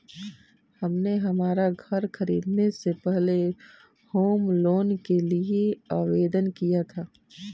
हमने हमारा घर खरीदने से पहले होम लोन के लिए आवेदन किया था